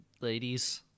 ladies